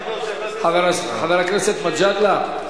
חבר הכנסת מג'אדלה,